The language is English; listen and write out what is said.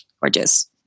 gorgeous